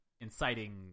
inciting